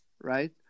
right